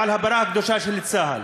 ועל הפרה הקדושה של צה"ל,